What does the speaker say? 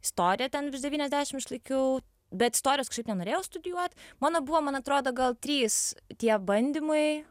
istoriją ten virš devyniasdešim išlaikiau bet istorijos kažkaip nenorėjau studijuot mano buvo man atrodo gal trys tie bandymai